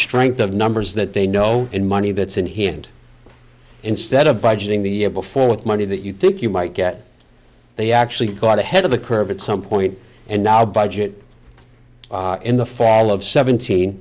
strength of numbers that they know and money that's in here and instead of budgeting the year before with money that you think you might get they actually got ahead of the curve at some point and now budget in the fall of seventeen